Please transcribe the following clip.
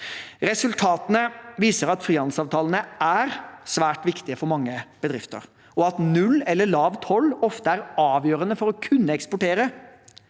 Resultatene viser at frihandelsavtalene er svært viktige for mange bedrifter, og at null eller lav toll ofte er avgjørende for å kunne eksportere.